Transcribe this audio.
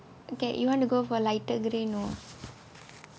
okay you want to go for lighter grey not